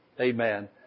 Amen